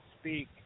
speak